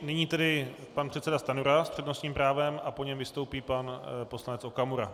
Nyní tedy pan předseda Stanjura s přednostním právem a po něm vystoupí pan poslanec Okamura.